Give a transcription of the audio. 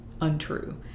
untrue